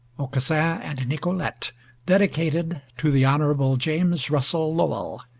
aucassin and nicolete dedicated to the hon. james russell lowell.